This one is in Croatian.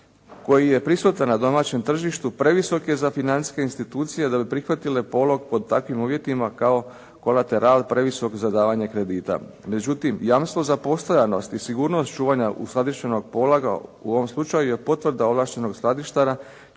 koji je prisutan na domaćem tržištu, previsok je za financijske institucije da bi prihvatile polog pod takvim uvjetima kao kolateral previsok za davanje kredita. Međutim, jamstvo za postojanost i sigurnost čuvanja uskladištenog pologa u ovom slučaju je potvrda ovlaštenog skladištara